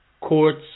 courts